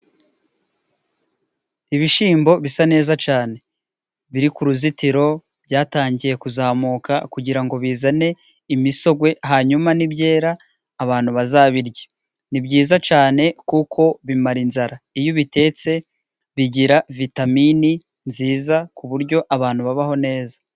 Ibishimbo bisa neza cane biri ku ruzitiro byatangiye kuzamuka kugirango bizane imisogwe hanyuma nibyera abantu bazabirya ni byiza cane kuko bimara inzara iyo ubi bitetse bigira vitamini nziza kuburyo abantu babaho neza.